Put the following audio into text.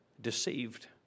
Deceived